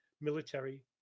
military